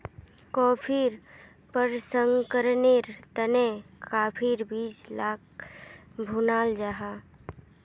कॉफ़ीर प्रशंकरनेर तने काफिर बीज लाक भुनाल जाहा